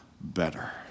better